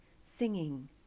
singing